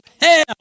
hell